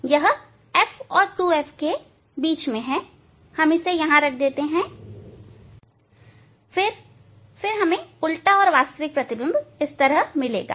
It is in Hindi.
यह f और 2 f के बीच है वहां हम इसे रखते हैं फिर हमें उल्टा और वास्तविक प्रतिबिंब मिलेगा